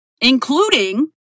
including